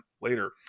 later